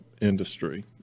industry